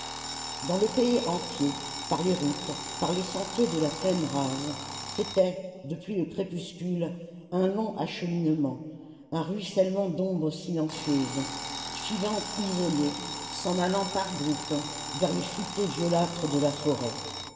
dans le pays entier par les routes par les sentiers de la plaine rase c'était depuis le crépuscule un long acheminement un ruissellement d'ombres silencieuses filant isolées s'en allant par groupes vers les futaies violâtres de la forêt